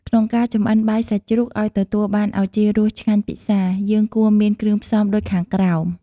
ក្នុងការចម្អិនបាយសាច់ជ្រូក ឱ្យទទួលបានឱជារសឆ្ងាញ់ពិសា យើងគួរមានគ្រឿងផ្សំដូចខាងក្រោម។